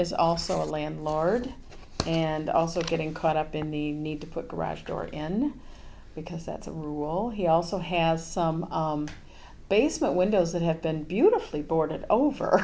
is also a landlord and also getting caught up in the need to put garage door in because that's a rule he also has some basement windows that have been beautifully boarded over